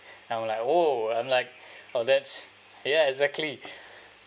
I'm like !whoa! I'm like oh that's ya exactly